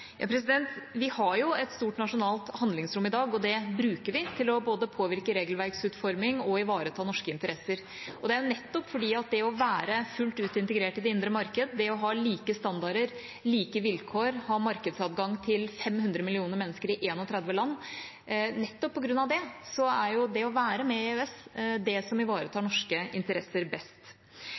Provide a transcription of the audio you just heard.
Vi har jo et stort nasjonalt handlingsrom i dag, og det bruker vi til både å påvirke regelverksutforming og å ivareta norske interesser. Det er nettopp fordi det å være fullt ut integrert i det indre marked, det å ha like standarder, like vilkår, ha markedsadgang til 500 millioner mennesker i 31 land – nettopp det å være med i EØS – er det som ivaretar norske interesser best.